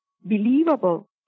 believable